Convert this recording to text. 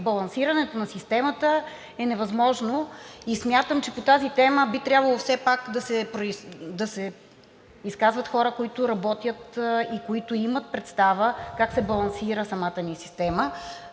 балансирането на системата е невъзможно. Смятам, че по тази тема би трябвало все пак да се изказват хора, които работят и които имат представа как се балансира самата ни система.